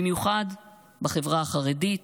במיוחד בחברה החרדית,